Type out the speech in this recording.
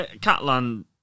Catalan